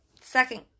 second